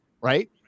right